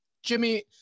Jimmy